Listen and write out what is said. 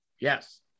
Yes